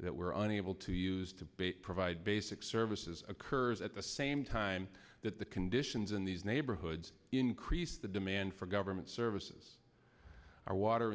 that we're unable to use to provide basic services occurs at the same time that the conditions in these neighborhoods increase the demand for government services our water